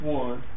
one